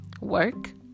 Work